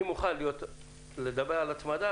אני מוכן לדבר על הצמדה,